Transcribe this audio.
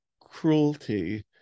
cruelty